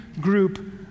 group